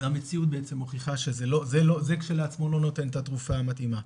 והמציאות מוכיחה שזה כשלעצמו לא נותן את התרופה המתאימה.